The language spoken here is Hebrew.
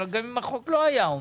אבל גם אם החוק לא היה אומר,